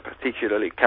particularly